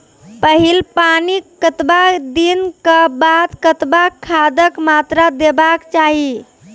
पहिल पानिक कतबा दिनऽक बाद कतबा खादक मात्रा देबाक चाही?